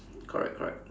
correct correct